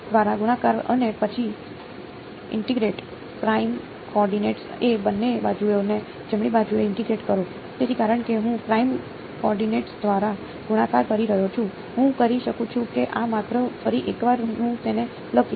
દ્વારા ગુણાકાર અને પછી ઇન્ટીગ્રેટ દ્વારા ગુણાકાર કરી રહ્યો છું હું કરી શકું છું કે આ માત્ર ફરી એકવાર હું તેને લખીશ